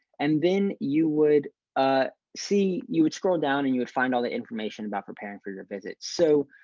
and then you would ah see you would scroll down and you would find all the information about preparing for your visit. so,